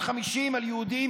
לא כל אחד מסוגל.